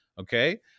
Okay